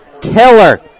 killer